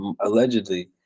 allegedly